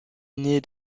aînée